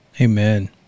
Amen